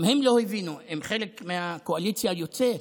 גם הם לא הבינו, הם חלק מהקואליציה היוצאת.